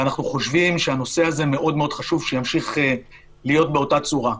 ואנחנו חושבים שהנושא הזה מאוד מאוד חשוב שימשיך להיות באותה צורה.